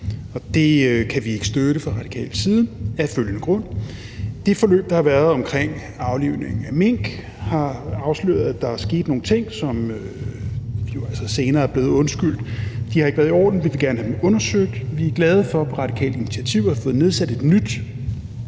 nu. Det kan vi fra radikal side ikke støtte af følgende grund: Det forløb, der har været omkring aflivningen af mink, har afsløret, at der er sket nogle ting, som jo altså senere er blevet undskyldt. Det har ikke været i orden med de ting, vi vil gerne have dem undersøgt, og vi er glade for, at der på radikalt initiativ er blevet nedsat et nyt